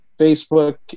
facebook